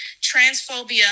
transphobia